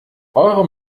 eure